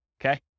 Okay